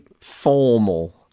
formal